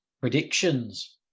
Predictions